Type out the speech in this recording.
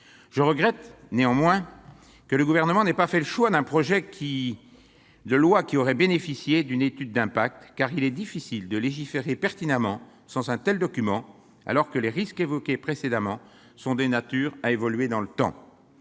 je regrette que le Gouvernement n'ait pas fait le choix d'un projet de loi, lequel aurait bénéficié d'une étude d'impact. Il est en effet difficile de légiférer pertinemment sans un tel document, alors que les risques évoqués précédemment sont de nature à évoluer dans le temps.